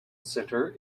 center